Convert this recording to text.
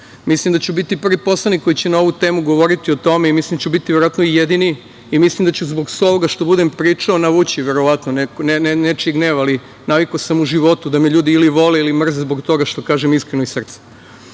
da ću biti prvi poslanik koji će na ovu temu govoriti o tome i mislim da ću biti verovatno i jedini. Mislim da ću zbog svega ovog što budem pričao navući nečiji gnev, ali navikao sam u životu da me ljudi ili vole ili mrze zbog toga što kažem iskreno i iz